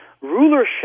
rulership